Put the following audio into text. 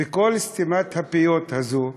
וכל סתימת הפיות הזאת,